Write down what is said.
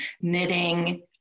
knitting